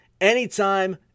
anytime